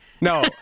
no